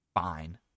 Fine